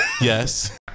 Yes